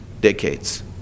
decades